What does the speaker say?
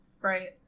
Right